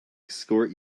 escort